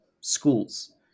schools